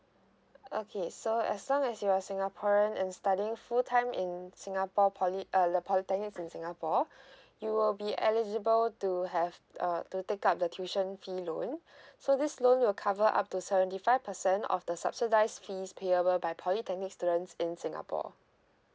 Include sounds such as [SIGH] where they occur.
okay so as long as you are singaporean and studying full time in singapore poly err polytechnics in singapore [BREATH] you will be eligible to have err to take up the tuition fee loan [BREATH] so this loan will cover up to seventy five percent of the subsidized fees payable by polytechnic students in singapore